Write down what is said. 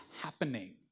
happening